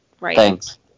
Thanks